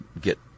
get